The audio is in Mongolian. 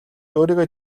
өөрийгөө